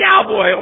cowboy